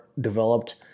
developed